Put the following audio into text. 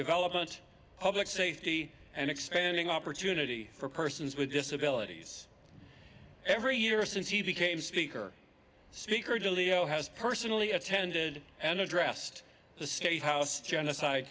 development public safety and expanding opportunity for persons with disabilities every year since he became speaker speaker dileo has personally attended and addressed the state house genocide